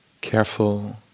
careful